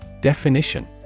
Definition